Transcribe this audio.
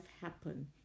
happen